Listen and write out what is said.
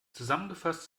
zusammengefasst